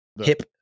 hip